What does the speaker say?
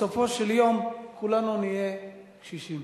בסופו של יום כולנו נהיה קשישים.